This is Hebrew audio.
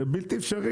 זה לא הגיוני.